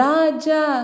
Raja